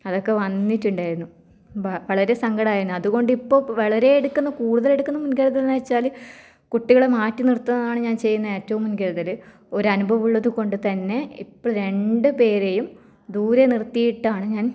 അതൊക്കെ വന്നിട്ടുണ്ടായിരുന്നു വ വളരെ സങ്കടം ആയിനു അതുകൊണ്ട് ഇപ്പോൾ വളരെ എടുക്കുന്ന കൂടുതൽ എടുക്കുന്ന മുൻകരുതൽ എന്ന് വെച്ചാൽ കുട്ടികളെ മാറ്റി നിർത്തുക എന്നാണ് ഞാൻ ചെയ്യുന്ന ഏറ്റവും മുൻകരുതൽ ഒരനുഭവം ഉള്ളത് കൊണ്ടുതന്നെ ഇപ്പോൾ രണ്ട് പേരെയും ദൂരെ നിർത്തിയിട്ടാണ് ഞാൻ